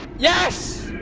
yes